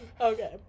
Okay